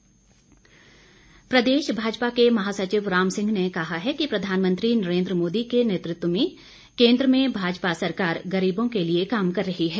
रामसिंह प्रदेश भाजपा के महासचिव राम सिंह ने कहा है कि प्रधानमंत्री नरेन्द्र मोदी के नेतृत्व में केंद्र में भाजपा सरकार गरीबों के लिए काम कर रही है